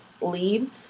lead